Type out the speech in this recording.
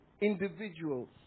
individuals